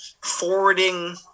forwarding